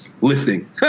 lifting